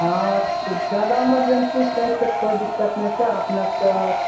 हाँ तऽ जादा इमर्जेन्सी छै तऽ कोइ दिक्कत नहि छै अपनेकेँ